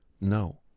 No